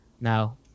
Now